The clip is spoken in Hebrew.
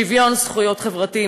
שוויון זכויות חברתי,